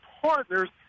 partners